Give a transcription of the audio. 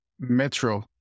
Metro